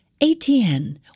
ATN